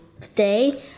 Today